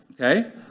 okay